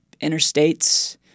Interstates